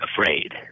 afraid